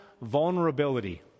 vulnerability